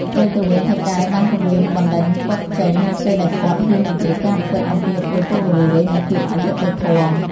ផ្ទុយទៅវិញ ថៅកែបានគំរាមបណ្តេញគាត់ចេញ នៅពេលដែលគាត់ហ៊ាននិយាយការពិតអំពីអំពើពុករលួយ និងភាពអយុត្តិធម៌។